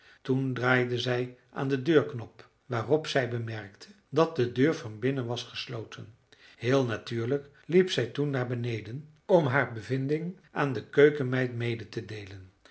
toen draaide zij aan den deurknop waarop zij bemerkte dat de deur van binnen was gesloten heel natuurlijk liep zij toen naar beneden om haar bevinding aan de keukenmeid mede te deelen